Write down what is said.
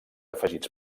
afegits